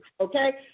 okay